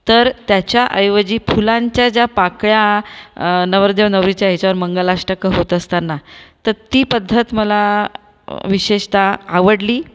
तर त्याच्याऐवजी फुलांच्या ज्या पाकळ्या नवरदेव नवरीच्या ह्याच्यावर मंगलाष्टका होत असताना तर ती पद्धत मला विशेषतः आवडली